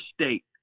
state